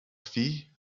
فیه